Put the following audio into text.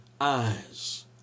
eyes